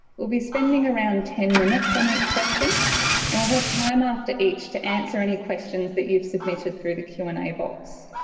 we'll be spending around ten minutes on each question and we'll have time after each to answer any questions that you've submitted through the q and a box.